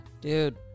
Dude